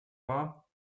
war